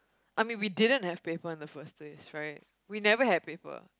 I mean we didn't have paper in the first place right we never had paper